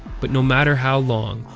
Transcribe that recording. but no matter how long,